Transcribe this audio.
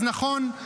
אז נכון,